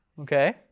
Okay